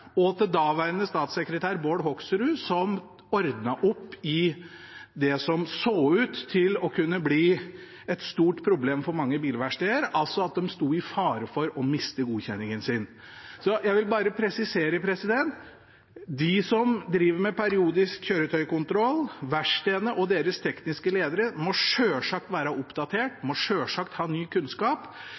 og til daværende statssekretær Bård Hoksrud, som ordnet opp i det som så ut til å kunne bli et stort problem for mange bilverksteder, altså at de sto i fare for å miste godkjenningen sin. Så jeg vil bare presisere: De som driver med periodisk kjøretøykontroll, verkstedene og deres tekniske ledere, må selvsagt være oppdatert og ha ny kunnskap.